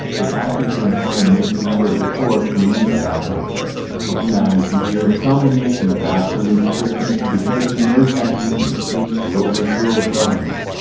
but after some time make another report to me about him lvii we see here the combination of absolute strictness because he knows that weakness leads to overthrow of government.